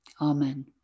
amen